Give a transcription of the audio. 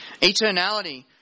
Eternality